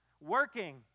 working